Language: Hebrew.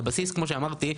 הבסיס כמו שאמרתי,